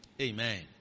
Amen